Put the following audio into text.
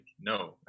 no